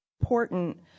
important